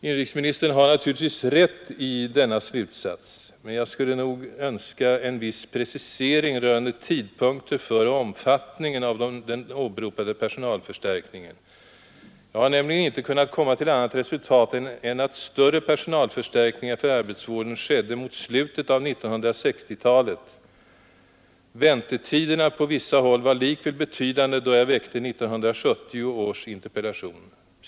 Inrikesministern har naturligtvis rätt i denna slutsats, men jag skulle nog önska en viss precisering rörande tidpunkter för och omfattningen av de åberopade personalförstärkningarna. Jag har nämligen inte kunnat komma till annat resultat än att större personalförstärkningar för arbetsvården skedde mot slutet av 1960-talet. Väntetiderna på vissa håll var likväl betydande, då jag väckte 1970 års interpellation.